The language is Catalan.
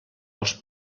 els